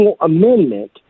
amendment